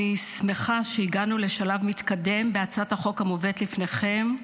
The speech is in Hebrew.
אני שמחה שהגענו לשלב מתקדם בהצעת החוק המובאת לפניכם,